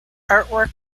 artwork